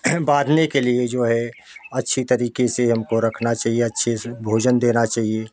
बांधने के लिए जो है अच्छी तरीके से हमको रखना चाहिए अच्छे से भोजन देना चाहिए